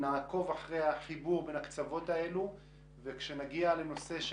נעקוב אחרי החיבור בין הקצוות האלה וכשנגיע לנושא של